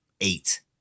Eight